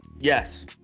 Yes